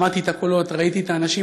שמעתי את הקולות וראיתי את האנשים.